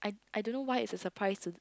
I don't know why it's a surprise to